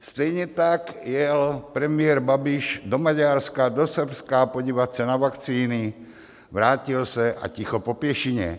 Stejně tak jel premiér Babiš do Maďarska, do Srbska podívat se na vakcíny, vrátil se a ticho po pěšině.